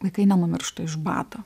vaikai nenumiršta iš bado